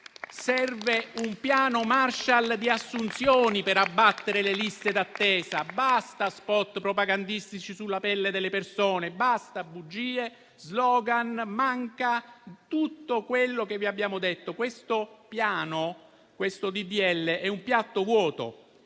Serve un Piano Marshall di assunzioni per abbattere le liste d'attesa. Basta *spot* propagandistici sulla pelle delle persone. Basta bugie, *slogan*. Manca tutto quello che vi abbiamo detto. Questo provvedimento è un piatto vuoto.